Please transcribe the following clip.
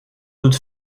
doute